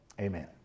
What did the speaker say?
Amen